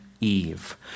Eve